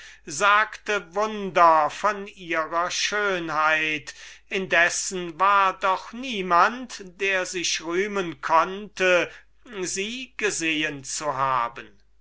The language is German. sagte wunder von ihrer schönheit indessen war doch niemand der sich rühmen konnte sie gesehen zu haben